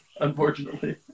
Unfortunately